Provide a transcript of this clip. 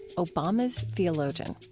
obama's theologian.